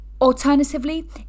Alternatively